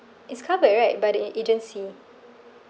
is covered right by the ag~ agency